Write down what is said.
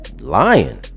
lying